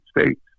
States